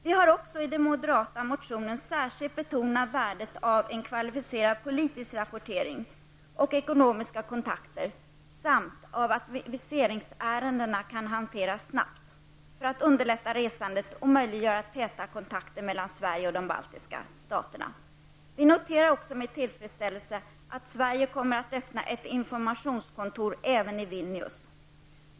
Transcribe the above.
Vi har också i den moderata motionen särskilt betonat värdet av en kvalificerad politisk rapportering och ekonomiska kontakter samt av att viseringsärendena kan hanteras snabbt för att underlätta resandet och möjliggöra täta kontakter mellan Sverige och de baltiska staterna. Vi noterar också med tillfredsställelse att Sverige kommer att öppna ett informationskontor även i Vilnius.